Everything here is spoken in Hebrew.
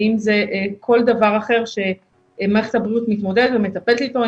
ואם זה כל דבר אחר שמערכת הבריאות מתמודדת ומטפלת איתו,